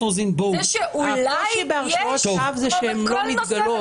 הקושי בהרשעות שווא שהן לא מתגלות.